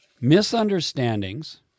Misunderstandings